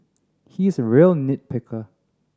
he is a real nit picker